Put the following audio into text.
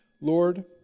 Lord